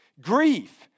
Grief